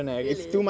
really